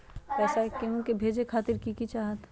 पैसा के हु के भेजे खातीर की की चाहत?